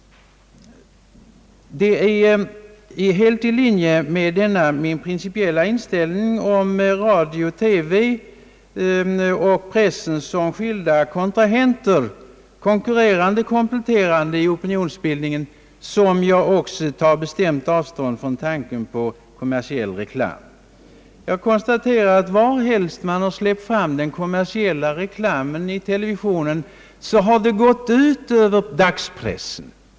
Det är helt i linje med denna min principiella inställning till radio-TV och pressen som skilda kontrahenter, konkurrerande och kompletterande varandra i opinionsbildningen, som jag tar bestämt avstånd från tanken på kommersiell reklam. Jag konstaterar att var helst man släppt fram den kommersiella reklamen i televisionen har dagspressen blivit lidande.